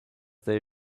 there